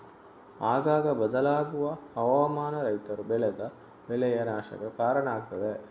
ಆಗಾಗ ಬದಲಾಗುವ ಹವಾಮಾನ ರೈತರು ಬೆಳೆದ ಬೆಳೆಯ ನಾಶಕ್ಕೆ ಕಾರಣ ಆಗ್ತದೆ